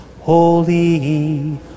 Holy